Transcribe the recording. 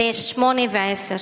בני שמונה ועשר.